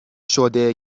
شده